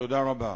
תודה רבה.